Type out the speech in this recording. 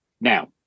Now